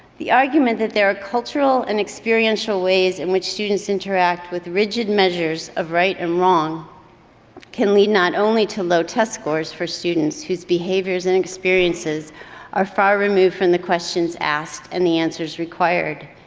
the argument that there are cultural and experiential ways in which students interact with rigid measures of right and wrong can lead not only to low test scores for students whose behaviors and experiences are far removed from the questions asked and the answers required.